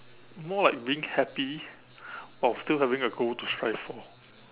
more like being happy while still having a goal to strive for